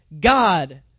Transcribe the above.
God